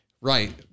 right